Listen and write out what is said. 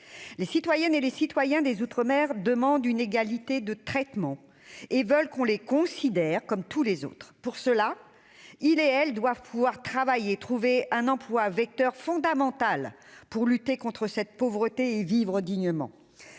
Les citoyennes et les citoyens des outre-mer demandent une égalité de traitement et veulent qu'on les considère comme tous les autres. Pour cela, ils et elles doivent pouvoir travailler et vivre dignement ; l'emploi est un vecteur fondamental de lutte contre cette pauvreté. Mais le niveau